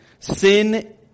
Sin